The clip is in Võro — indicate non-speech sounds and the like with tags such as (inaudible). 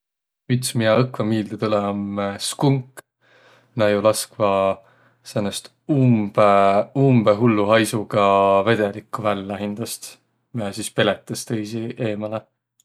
Üts, miä õkva miilde tulõ om (hesitation) skunk. Nä jo laskvaq säänest umbõ, umbõ hullu haisuga vedelikku vällä hindäst, miä sis peletäs tõisi eemäle.